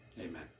Amen